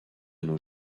nos